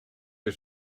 are